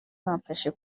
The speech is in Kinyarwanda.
bamfashe